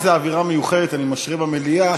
רק תראי איזו אווירה מיוחדת אני משרה במליאה,